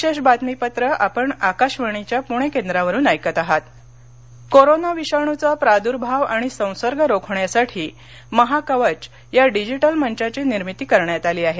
Mahakavach app corona विषाणूचा प्रादूर्भाव आणि संसर्ग रोखण्यासाठी महाकवच या डिजिटल मंचाची निर्मिती करण्यात आली आहे